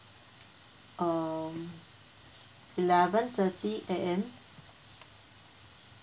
um eleven thirty A M